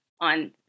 on